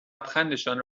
لبخندشان